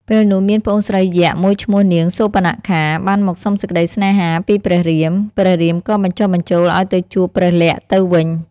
ពេលនោះមានប្អូនស្រីយក្សមួយឈ្មោះនាង សូរបនខា បានមកសុំសេចក្តីស្នេហាពីព្រះរាម ព្រះរាមក៏បញ្ចុះបញ្ចូលឱ្យទៅជួបព្រះលក្សណ៍ទៅវិញ។